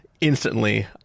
instantly